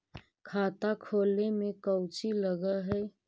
खाता खोले में कौचि लग है?